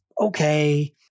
okay